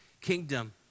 kingdom